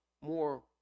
more